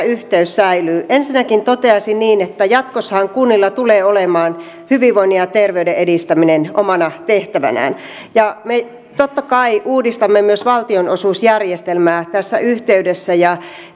yhteys säilyy ensinnäkin toteaisin niin että jatkossahan kunnilla tulee olemaan hyvinvoinnin ja terveyden edistäminen omana tehtävänään me totta kai uudistamme myös valtionosuusjärjestelmää tässä yhteydessä